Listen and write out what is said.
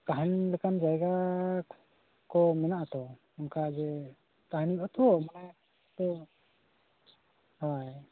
ᱛᱟᱦᱮᱱ ᱞᱮᱠᱟᱱ ᱡᱟᱭᱜᱟ ᱠᱚ ᱢᱮᱱᱟᱜᱼᱟ ᱥᱮ ᱵᱟᱝ ᱚᱱᱠᱟ ᱡᱮ ᱛᱟᱦᱮᱱ ᱦᱩᱭᱩᱜᱼᱟ ᱛᱚ ᱢᱟᱱᱮ ᱛᱚ ᱦᱳᱭ